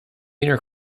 inner